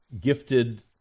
gifted